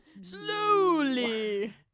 slowly